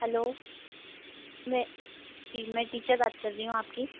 hello मैं जी मैं टीचर बात कर रही हूँ आपकी